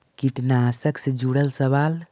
कीटनाशक से जुड़ल सवाल?